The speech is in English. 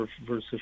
versus